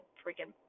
freaking